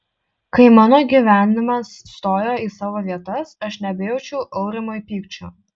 kai mano gyvenimas stojo į savo vietas aš nebejaučiau aurimui pykčio